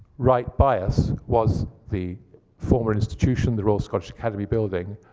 right by us was the former institution, the royal scottish academy building,